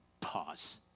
pause